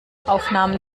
aufnahmen